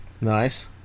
Nice